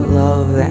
love